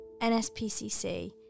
NSPCC